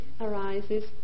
arises